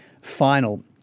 final